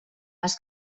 has